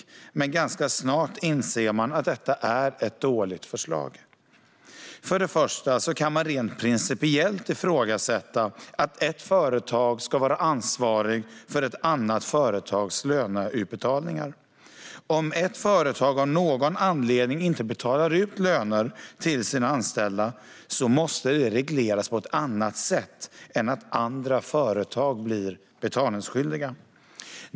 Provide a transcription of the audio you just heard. Men ganska snart inser man att det är ett dåligt förslag. För det första kan man rent principiellt ifrågasätta att ett företag ska vara ansvarigt för ett annat företags löneutbetalningar. Om ett företag av någon anledning inte betalar ut löner till sina anställda måste det regleras på ett annat sätt än att andra företag ska bli betalningsskyldiga.